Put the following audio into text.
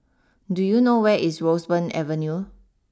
do you know where is Roseburn Avenue